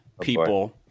people